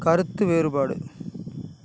கருத்து வேறுபாடு